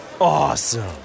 Awesome